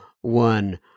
one